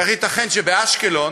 איך ייתכן שלאשקלון